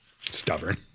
stubborn